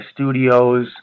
Studios